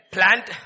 Plant